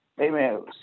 amen